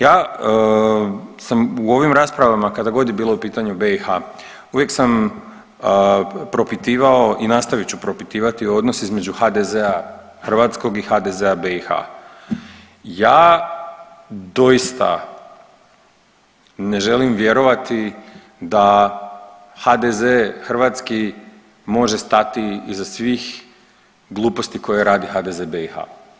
Ja sam u ovim raspravama kadgod je bilo u pitanju BiH uvijek sam propitivao i nastavit ću propitivati odnos između HDZ-a hrvatskog i HDZ-a BiH, ja doista ne želim vjerovati da HDZ hrvatski može stati iza svih gluposti koje radi HDZ BiH.